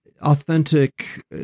Authentic